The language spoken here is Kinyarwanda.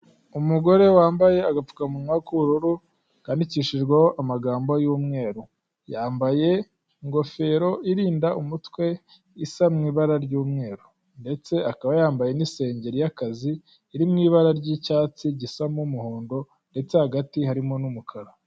Umugore wambaye agapfukamunwa k'ubururu kandidikishijweho amagambo y'umweru, yambaye ingofero irinda umutwe isa mu ibara ry'umweru, ndetse akaba yambaye n'isengeri y'akazi iri mu ibara ry'icyatsi gisa n'umuhondo ndetse hagati harimo n'umukara.